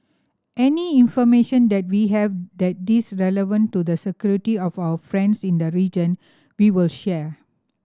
any information that we have that this relevant to the security of our friends in the region we will share